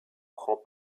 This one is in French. prend